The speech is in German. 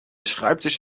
schreibtisch